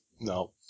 No